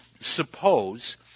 suppose